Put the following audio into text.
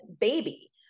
baby